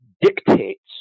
dictates